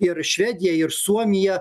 ir švediją ir suomiją